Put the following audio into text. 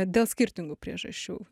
dėl skirtingų priežasčių